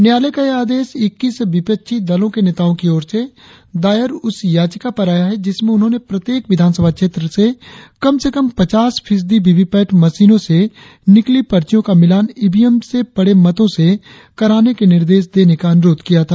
न्यायालय का यह आदेश इक्कीस विपक्षी दलों के नेताओं की ओर से दायर उस याचिका पर आया है जिसमें उन्होंने प्रत्येक विधानसभा क्षेत्र से कम से कम पचास फीसदी वीवीपैट मशीनों से निकली पर्चियों का मिलान ईवीएम से पड़े मतों से कराने के निर्देश देने का अनुरोध किया था